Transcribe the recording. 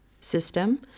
system